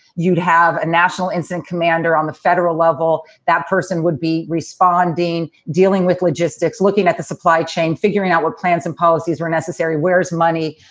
you'd have a national incident commander on the federal level. that person would be responding, dealing with logistics, looking at the supply chain, figuring out what plans and policies were necessary, where is money,